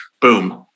boom